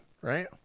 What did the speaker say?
right